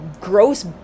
gross